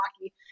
Rocky